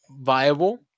viable